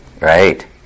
Right